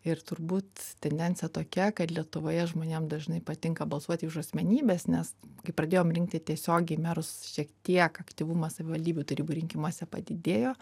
ir turbūt tendencija tokia kad lietuvoje žmonėms dažnai patinka balsuoti už asmenybes nes kai pradėjom rinkti tiesiogiai merus šiek tiek aktyvumas savivaldybių tarybų rinkimuose padidėjo